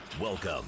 Welcome